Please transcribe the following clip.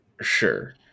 Sure